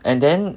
and then